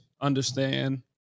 understand